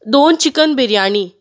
दोन चिकन बिरयानी